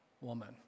woman